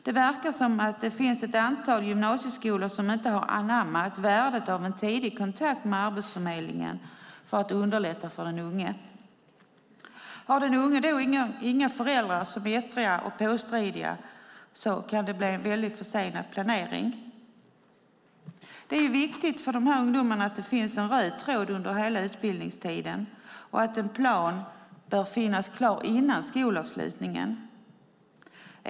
Det verkar som att det finns ett antal gymnasieskolor som inte har anammat värdet av en tidig kontakt med Arbetsförmedlingen för att underlätta för den unge. Har den unge då inte föräldrar som är ettriga och påstridiga kan det bli en väldigt försenad planering. Det är viktigt för dessa ungdomar att det finns en röd tråd under hela utbildningstiden och att en plan finns klar före skolavslutningen.